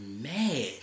mad